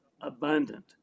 abundant